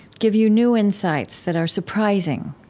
give you new insights that are surprising?